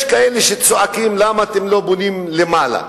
יש כאלה שצועקים: למה אתם לא בונים למעלה?